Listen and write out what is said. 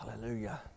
Hallelujah